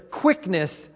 quickness